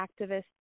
activists